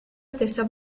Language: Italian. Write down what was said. stessa